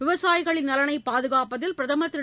விவசாயிகளின் நலனைபாதுகாப்பதில் பிரதமர் திரு